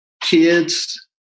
kids